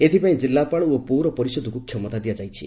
ଏଥିଲାଗି ଜିଲ୍ଲାପାଳ ଓ ପୌର ପରିଷଦକୁ କ୍ଷମତା ଦିଆଯାଇଛି